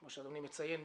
כמו שאדוני מציין,